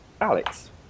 Alex